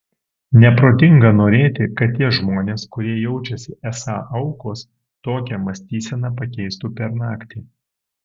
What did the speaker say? neprotinga norėti kad tie žmonės kurie jaučiasi esą aukos tokią mąstyseną pakeistų per naktį